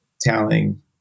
telling